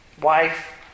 wife